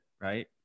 right